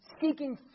seeking